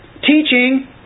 teaching